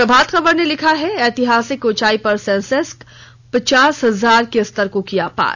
प्रभात खबर ने लिखा है ऐतिहासिक ऊंचाई पर सेंसेक्स पचास हजार के स्तर को किया पार